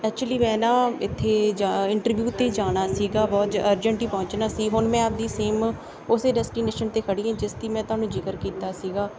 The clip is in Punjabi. ਐਕਚੁਲੀ ਮੈਂ ਨਾ ਇੱਥੇ ਜਾ ਇੰਟਰਵਿਊ 'ਤੇ ਜਾਣਾ ਸੀਗਾ ਬਹੁਤ ਜ ਅਰਜੈਂਟੀ ਪਹੁੰਚਣਾ ਸੀ ਹੁਣ ਮੈਂ ਆਪਣੀ ਸੇਮ ਉਸ ਡੈਸਟੀਨੇਸ਼ਨ 'ਤੇ ਖੜ੍ਹੀ ਹਾਂ ਜਿਸ ਦੀ ਮੈਂ ਤੁਹਾਨੂੰ ਜ਼ਿਕਰ ਕੀਤਾ ਸੀਗਾ